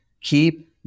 keep